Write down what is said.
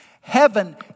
heaven